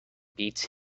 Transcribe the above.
beats